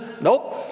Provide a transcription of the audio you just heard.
Nope